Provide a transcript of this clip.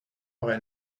vrai